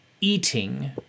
eating